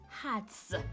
hats